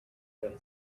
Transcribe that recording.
than